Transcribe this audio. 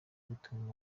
gituma